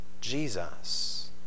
Jesus